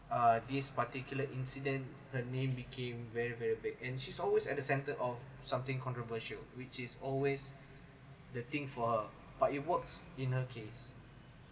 uh this particular incident her name became very very big and she's always at the centre of something controversial which is always the thing for but it works in her case